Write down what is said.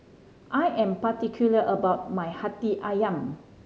I am particular about my Hati Ayam